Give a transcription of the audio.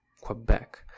Quebec